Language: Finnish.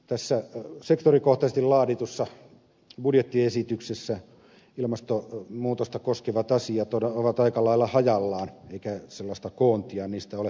tässä sektorikohtaisesti laaditussa budjettiesityksessä ilmastonmuutosta koskevat asiat ovat aika lailla hajallaan eikä sellaista koontia niistä ole helppo löytää